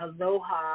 aloha